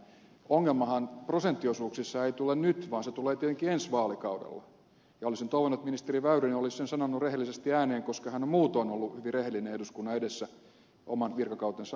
ongelmahan prosenttiosuuksissa ei tule nyt vaan se tulee tietenkin ensi vaalikaudella ja olisin toivonut että ministeri väyrynen olisi sen sanonut rehellisesti ääneen koska hän on muutoin ollut hyvin rehellinen eduskunnan edessä oman virkakautensa aikana